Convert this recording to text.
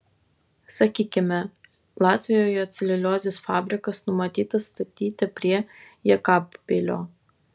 sakykime latvijoje celiuliozės fabrikas numatytas statyti prie jekabpilio